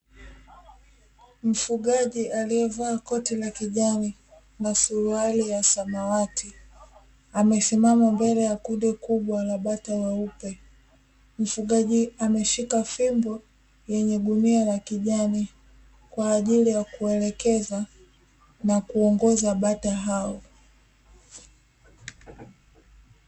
Mfugaji aliyevaa koti la kijani na suruali ya samawati amesimama mbele ya kundi kubwa la bata weupe, mfugaji ameshika fimbo yenye gunia la kijani kwa ajili ya kuwaelekeza na kuongoza bata hao.